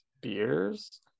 beers